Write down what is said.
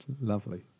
lovely